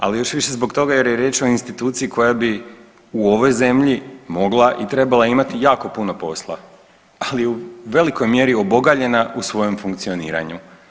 Ali još više zbog toga jer je riječ o instituciji koja bi u ovoj zemlji mogla i trebala imati jako puno posla, ali u velikoj mjeri obogaljena u svojem funkcioniranju.